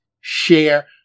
share